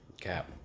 Cap